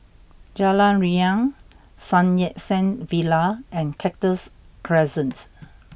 Jalan Riang Sun Yat Sen Villa and Cactus Crescent